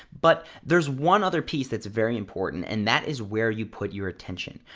but, there's one other piece that's very important, and that is where you put your attention.